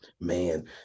Man